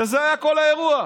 וזה היה כל האירוע.